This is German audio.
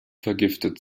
vergiftet